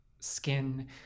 skin